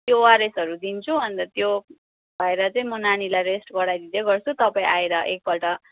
त्यो ओआरएसहरू दिन्छु अन्त त्यो खुवाएर चाहिँ म नानीलाई रेस्ट गराइदिँदै गर्छु तपाईँ आएर एकपल्ट